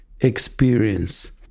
experience